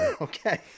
Okay